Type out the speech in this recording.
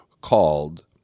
called